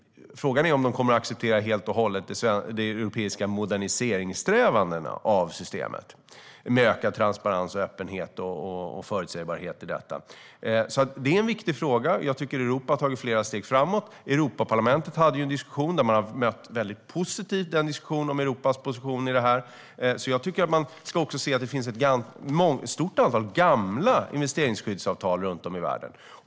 Frågan är om de kommer att helt och hållet acceptera de europeiska strävandena för en modernisering av systemet med ökad transparens, öppenhet och förutsägbarhet. Det här är alltså en viktig fråga. Jag tycker att Europa har tagit flera steg framåt. Europaparlamentet hade ju en diskussion där Europas position i det här möttes väldigt positivt. Jag tycker också att man ska se att det finns ett stort antal gamla investeringsskyddsavtal runt om i världen.